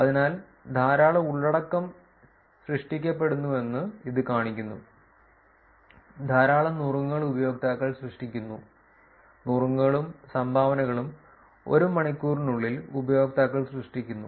അതിനാൽ ധാരാളം ഉള്ളടക്കം സൃഷ്ടിക്കപ്പെടുന്നുവെന്ന് ഇത് കാണിക്കുന്നു ധാരാളം നുറുങ്ങുകൾ ഉപയോക്താക്കൾ സൃഷ്ടിക്കുന്നു നുറുങ്ങുകളും സംഭാവനകളും 1 മണിക്കൂറിനുള്ളിൽ ഉപയോക്താക്കൾ സൃഷ്ടിക്കുന്നു